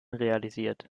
realisiert